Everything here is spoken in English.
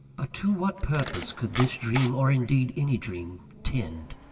but to what purpose could this dream, or indeed any dream, tend?